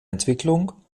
entwicklung